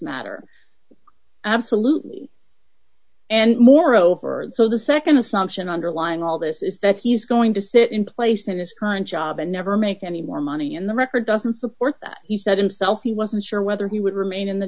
matter absolutely and moreover so the nd assumption underlying all this is that he's going to sit in place at his current job and never make any more money in the record doesn't support that he said himself he wasn't sure whether he would remain in the